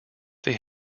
they